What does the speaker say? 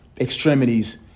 extremities